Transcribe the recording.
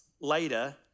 later